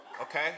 Okay